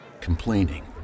complaining